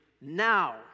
now